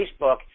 Facebook